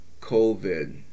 COVID